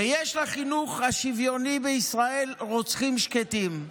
ויש לחינוך השוויוני בישראל רוצחים שקטים.